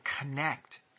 connect